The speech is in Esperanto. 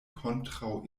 kontraŭ